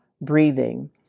breathing